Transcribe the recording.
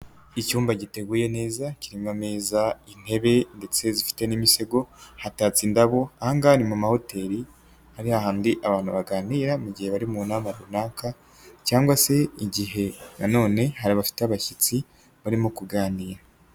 Icyumba giteguye neza kirimo ameza, intebe ndetse zifite n'imisego, hatatse indabo ahangaha ni mu mahoteli ari hahandi abantu baganirira mu gihe bari mu nama runaka, cyangwa se igihe nanone hari bafite abashyitsi igihe barimo kuganira.